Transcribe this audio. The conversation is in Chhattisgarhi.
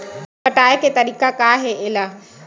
पटाय के तरीका का हे एला?